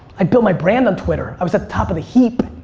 i built my brand on twitter i was at the top of the heap.